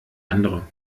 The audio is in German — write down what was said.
andere